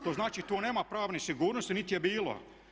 To znači tu nema pravne sigurnosti niti je bilo.